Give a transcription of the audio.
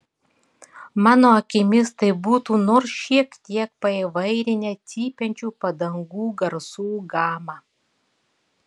mano akimis tai būtų nors šiek tiek paįvairinę cypiančių padangų garsų gamą